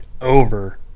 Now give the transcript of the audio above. over